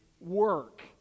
work